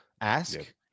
ask